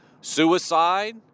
Suicide